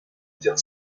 dire